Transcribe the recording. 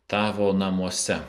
tavo namuose